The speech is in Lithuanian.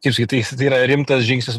kaip sakyt tais yra rimtas žingsnis